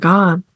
God